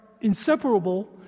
inseparable